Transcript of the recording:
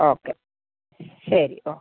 okay ശരി okay